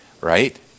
right